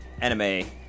anime